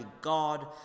God